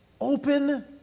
open